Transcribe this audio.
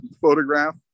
photograph